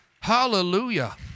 Hallelujah